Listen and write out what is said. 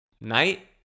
night